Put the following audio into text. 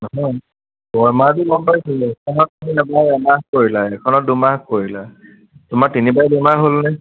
নহয় বেমাৰটো গ'ম পাইছোৱেই এখনত এমাহ কৰিলা এখনত দুমাহ কৰিলা তোমাৰ তিনিবাৰে বেমাৰ হ'লনে